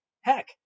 Heck